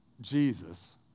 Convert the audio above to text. Jesus